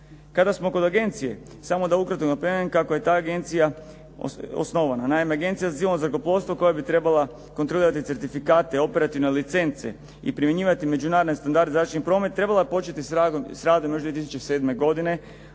Kada smo kod agencije, samo da ukratko napomenem kako je ta agencija osnovana. Naime, Agencija za civilno zrakoplovstvo koja bi trebala kontrolirati certifikate, operativne licence i primjenjivati međunarodne standarde za zračni promet, trebala je početi s radom još 2007. godine.